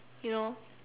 you know